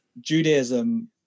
Judaism